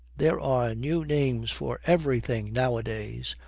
there are new names for everything nowadays.